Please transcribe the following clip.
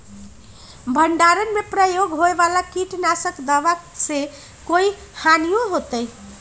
भंडारण में प्रयोग होए वाला किट नाशक दवा से कोई हानियों होतै?